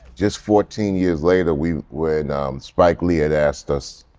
just fourteen years later, we were and um spike lee had asked us